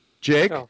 Jake